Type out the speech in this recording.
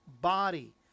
body